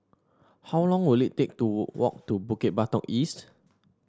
how long will it take to walk to Bukit Batok East